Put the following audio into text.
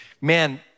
man